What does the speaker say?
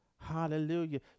Hallelujah